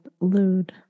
Lude